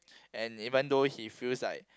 and even though he feels like